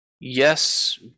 Yes